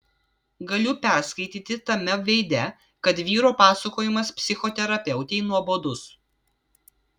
galiu perskaityti tame veide kad vyro pasakojimas psichoterapeutei nuobodus